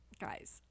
guys